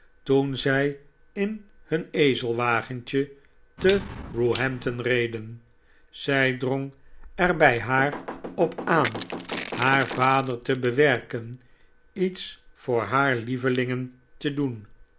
toen zij in hun ezelwagentje te roehampton reden zij drong er bij haar op aan haar vader te bewerken iets voor haar lievelingen te doen